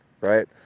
right